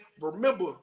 Remember